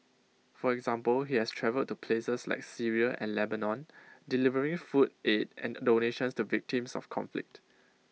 for example he has travelled to places like Syria and Lebanon delivering food aid and donations to victims of conflict